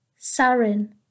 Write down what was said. sarin